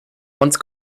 once